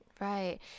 Right